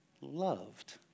loved